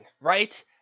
right